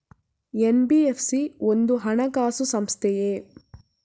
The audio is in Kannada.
ಎನ್.ಬಿ.ಎಫ್.ಸಿ ಒಂದು ಹಣಕಾಸು ಸಂಸ್ಥೆಯೇ?